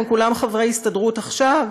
הם כולם חברי הסתדרות עכשיו,